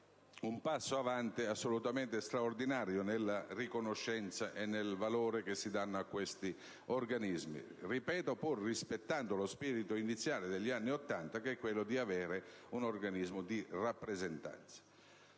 un passo in avanti assolutamente straordinario nel riconoscimento del valore che si dà a questi organismi, pur nel rispetto dello spirito iniziale degli anni Ottanta, che è quello di avere degli organismi di rappresentanza.